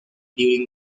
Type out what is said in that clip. during